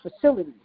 facilities